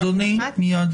אדוני, מיד.